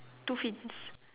two fins